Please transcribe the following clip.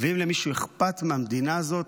ואם למישהו אכפת מהמדינה הזאת,